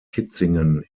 kitzingen